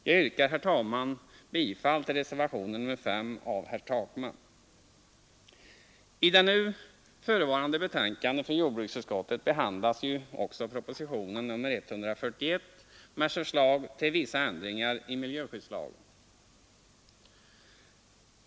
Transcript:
Jag yrkar, herr talman, bifall till reservationen 5 av herr Takman. I det nu förevarande betänkandet från jordbruksutskottet behandlas ju också propositionen 141 med förslag till vissa ändringar i miljöskyddslagen.